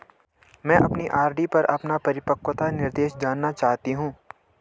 मैं अपनी आर.डी पर अपना परिपक्वता निर्देश जानना चाहती हूँ